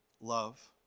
Love